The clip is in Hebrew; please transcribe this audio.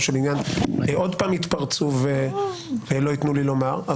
של עניין עוד פעם יתפרצו ולא ייתנו לי לומר,